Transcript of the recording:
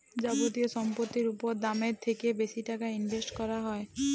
যাবতীয় সম্পত্তির উপর দামের থ্যাকে বেশি টাকা ইনভেস্ট ক্যরা হ্যয়